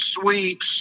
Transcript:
sweeps